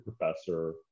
professor